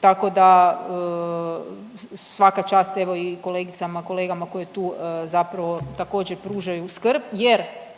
Tako da svaka čast evo i kolegicama, kolegama koji tu zapravo također pružaju skrb. Jer